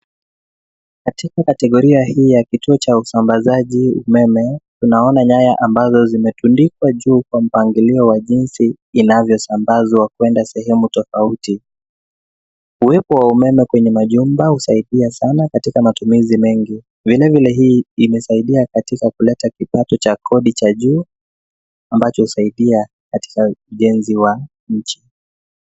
Katika kategoria hii ya kituo cha usambazaji umeme tunaona nyaya ambazo zimetundikwa juu kwa mpangilio wa jinsi inavyosambazwa kwenda sehemu tofauti. Uwepo wa umeme kwenye majumba husaidia sana katika matumizi mengi. Vile vile hii imesaidia katika kuleta kipato cha kodi cha juu ambacho husaidia katika ujenzi wa nchi.